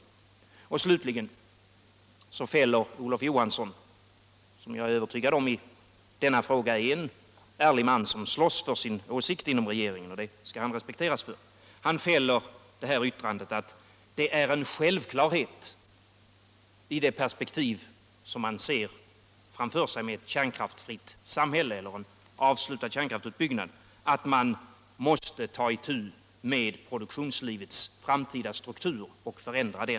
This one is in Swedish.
Jag är övertygad om att herr Johansson är en ärlig man som i denna fråga slåss för sin åsikt inom regeringen — och det skall han respekteras för. Han fäller emellertid yttrandet att det är en självklarhet i det perspektiv vi ser framför oss med ett kärnkraftfritt samhälle eller ett samhälle där man avslutat kärnkraftsutbyggnaden att man måste ta itu med produktionslivets framtida struktur och förändring.